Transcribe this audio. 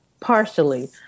Partially